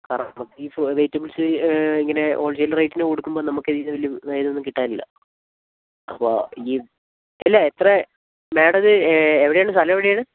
കാരണം നമുക്ക് ഈ വെജിറ്റബ്ൾസ് ഇങ്ങനെ ഹോൾസെയില് റേറ്റിന് കൊടുക്കുമ്പം നമുക്കിതീന്ന് വലിയ അതായതൊന്നും കിട്ടാനില്ല അപ്പോൾ ഈ ഇല്ല എത്ര മേഡ ഇത് എവിടെയാണ് സ്ഥലമെവിടെയാണ്